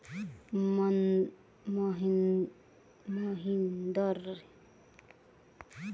महिंद्रा संगठन के कृषि उपकरण बहुत प्रसिद्ध अछि